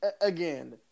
again